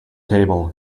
table